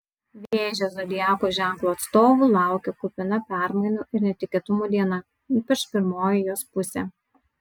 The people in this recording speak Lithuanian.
vėžio zodiako ženklo atstovų laukia kupina permainų ir netikėtumų diena ypač pirmoji jos pusė